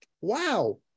wow